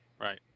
right